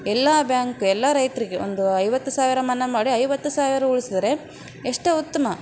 ಎಲ್ಲ ಬ್ಯಾಂಕ್ ಎಲ್ಲ ರೈತ್ರಿಗೆ ಒಂದು ಐವತ್ತು ಸಾವಿರ ಮನ್ನಾ ಮಾಡಿ ಐವತ್ತು ಸಾವಿರ ಉಳ್ಸಿದ್ರೆ ಎಷ್ಟೋ ಉತ್ತಮ